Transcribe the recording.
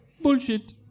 bullshit